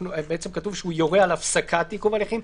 כתוב שהוא יורה על הפסקת עיכוב הליכים,